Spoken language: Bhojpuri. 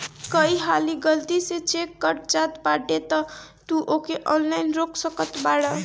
कई हाली गलती से चेक कट जात बाटे तअ तू ओके ऑनलाइन रोक सकत बाटअ